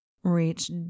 Reach